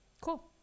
cool